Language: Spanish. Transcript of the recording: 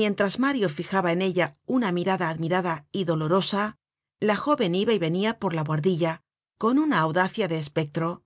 mientras mario fijaba en ella una mirada admirada y dolorosa la joven iba y venia por la buhardilla con una audacia de espectro